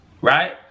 right